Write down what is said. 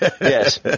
Yes